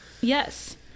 Yes